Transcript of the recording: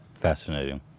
Fascinating